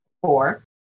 Four